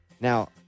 Now